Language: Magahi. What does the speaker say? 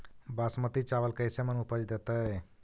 बासमती चावल कैसे मन उपज देतै?